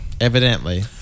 Evidently